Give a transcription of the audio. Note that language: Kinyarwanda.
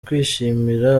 kwishimira